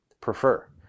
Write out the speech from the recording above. prefer